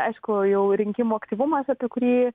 aišku jau rinkimų aktyvumas apie kurį